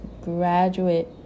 graduate